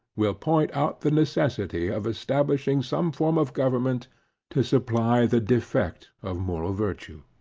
will point out the necessity, of establishing some form of government to supply the defect of moral virtue.